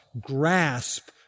grasp